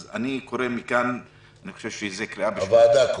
אז אני קורא מכאן, אני חושב שזו קריאה של כולנו.